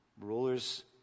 Rulers